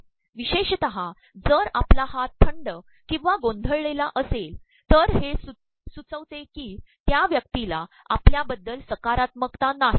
प्रवशेषत जर आपला हात र्ंड ककंवा गोंधळलेला असेल तर हे सुचवते की त्या व्यक्तीला आपल्याबद्दल सकारात्मकता नाही